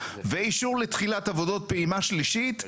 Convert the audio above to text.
ואישור לתחילת עבודות פעימה שלישית,